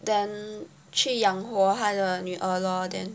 then 去养活她的女儿 lor then